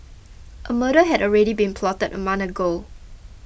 a murder had already been plotted a month ago